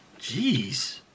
Jeez